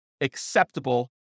acceptable